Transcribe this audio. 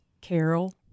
Carol